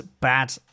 bad